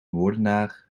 moordenaar